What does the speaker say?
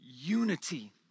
unity